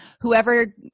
Whoever